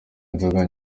inzoga